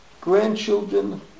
grandchildren